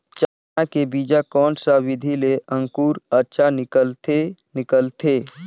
चाना के बीजा कोन सा विधि ले अंकुर अच्छा निकलथे निकलथे